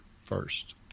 first